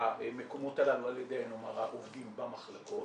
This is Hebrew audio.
במקומות הללו על ידי נאמר העובדים במחלקות,